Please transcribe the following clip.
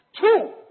Two